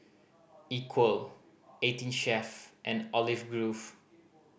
Equal Eighteen Chef and Olive Grove